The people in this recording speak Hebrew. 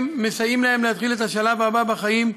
מסייעים להם להתחיל את השלב הבא בחיים,